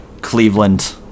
Cleveland